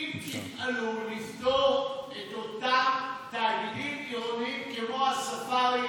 אם תפעלו לפטור את אותם תאגידים עירוניים כמו הספארי